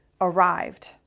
arrived